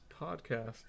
podcast